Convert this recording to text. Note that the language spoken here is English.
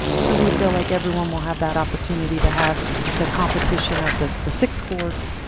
so we feel like everyone will have that opportunity to have the competition of the the six courts.